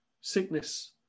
sickness